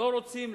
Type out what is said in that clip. לא רוצים,